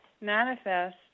manifest